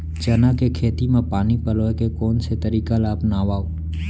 चना के खेती म पानी पलोय के कोन से तरीका ला अपनावव?